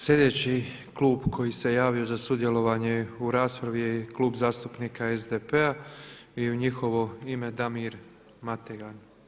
Sljedeći klub koji se javio za sudjelovanje u raspravi je Klub zastupnika SDP-a i u njihovo ime Damir Mateljan.